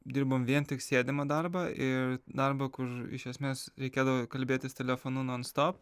dirbom vien tik sėdimą darbą ir darbą kur iš esmės reikėdavo kalbėtis telefonu non stop